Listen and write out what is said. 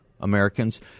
Americans